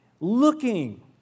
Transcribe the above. looking